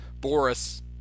Boris